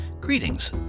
greetings